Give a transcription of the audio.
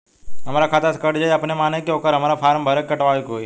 हमरा खाता से कट जायी अपने माने की आके हमरा फारम भर के कटवाए के होई?